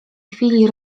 chwili